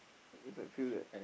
cause I feel that